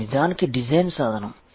ఇది నిజానికి డిజైన్ సాధనం